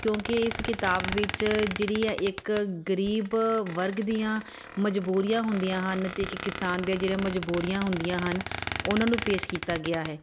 ਕਿਉਂਕਿ ਇਸ ਕਿਤਾਬ ਵਿੱਚ ਜਿਹੜੀ ਹੈ ਇੱਕ ਗਰੀਬ ਵਰਗ ਦੀਆਂ ਮਜ਼ਬੂਰੀਆਂ ਹੁੰਦੀਆਂ ਹਨ ਅਤੇ ਇੱਕ ਕਿਸਾਨ ਦੀਆਂ ਜਿਹੜੀਆਂ ਮਜ਼ਬੂਰੀਆਂ ਹੁੰਦੀਆਂ ਹਨ ਉਹਨਾਂ ਨੂੰ ਪੇਸ਼ ਕੀਤਾ ਗਿਆ ਹੈ